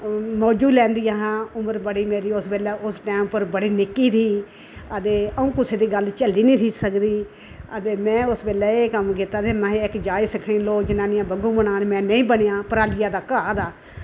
मौजू लैंदियां हा उम्र बड़ी मेरी उस वेल्लै उस टैम उप्पर बड़ी निक्की ही ते अ'ऊं कुसे दी गल्ल झल्ली नेईं ही सकदी में उस वेल्लै ऐ कम कित्ता फिर में जांच सिखनी लोग जनानियां बग्गू बनान में नेईं बनेया प्रालिये दा घाऽ दा